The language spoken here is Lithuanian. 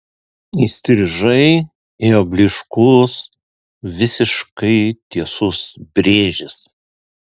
įstrižai ėjo blyškus visiškai tiesus brėžis